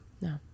No